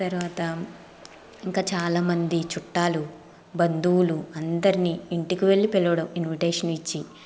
తర్వాత ఇంకా చాలామంది చుట్టాలు బంధువులు అందర్నీ ఇంటికి వెళ్ళీ పిలవడం ఇన్విటేషన్ ఇచ్చి